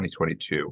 2022